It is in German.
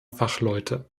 fachleute